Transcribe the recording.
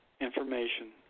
information